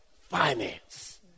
finance